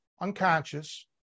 unconscious